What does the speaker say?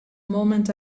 moment